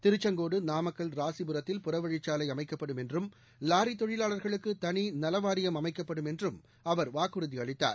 திருச்செங்கோடு நாமக்கல் ராசிபுரத்தில் புறவழிச்சாலைஅமைக்கப்படும் என்றம் லாரிதொழிலாளர்களுக்குதனிநலவாரியம் அமைக்கப்படும் என்றும் அவர் வாக்குறுதிஅளித்தார்